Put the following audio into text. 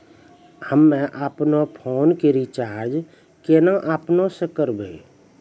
हम्मे आपनौ फोन के रीचार्ज केना आपनौ से करवै?